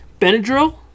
Benadryl